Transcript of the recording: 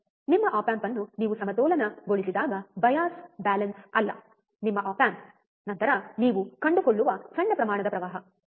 ನಿಮ್ಮ op amp ಅನ್ನು ನೀವು ಸಮತೋಲನಗೊಳಿಸಿದಾಗ ಬಯಾಸ್ ಬ್ಯಾಲೆನ್ಸ್ ಅಲ್ಲ ನಿಮ್ಮ ಆಪ್ ಆಂಪ್ ನಂತರ ನೀವು ಕಂಡುಕೊಳ್ಳುವ ಸಣ್ಣ ಪ್ರಮಾಣದ ಪ್ರವಾಹ ಸರಿ